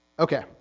Okay